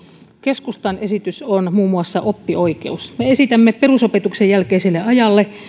keskustan esitys on muun muassa oppioikeus me esitämme perusopetuksen jälkeiselle ajalle